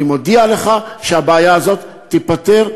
אני מודיע לך שהבעיה הזאת תיפתר,